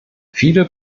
viele